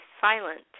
silent